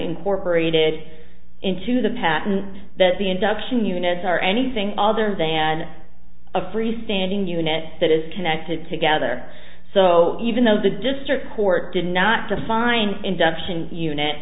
incorporated into the patent that the induction units are anything other than a free standing unit that is connected together so even though the district court did not define induction unit